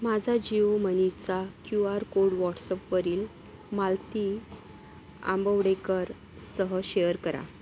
माझा जिओ मनीचा Q R code व्हॉटसॲपवरील मालती आंबवडेकरसह शेअर करा